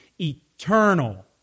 eternal